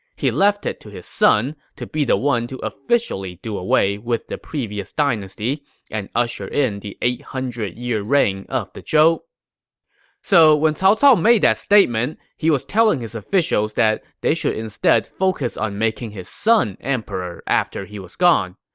he left it to his son to be the one to officially do away with the previous dynasty and usher in the eight hundred year reign of the zhou so, when cao cao made that statement, he was telling his officials that they should instead focus on making his son emperor after he was gone.